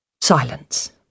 Silence